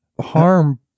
harm